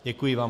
Děkuji vám.